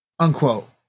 Unquote